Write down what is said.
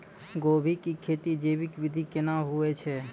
गोभी की खेती जैविक विधि केना हुए छ?